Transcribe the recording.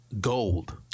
Gold